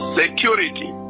security